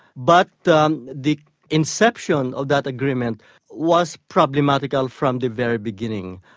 but the um the inception of that agreement was problematical from the very beginning,